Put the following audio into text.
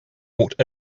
walked